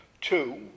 Two